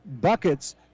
buckets